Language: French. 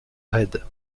raide